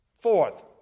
Fourth